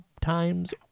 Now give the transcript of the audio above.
times